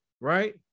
right